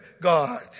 God